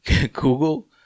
Google